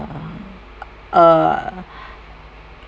uh